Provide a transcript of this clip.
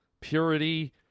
purity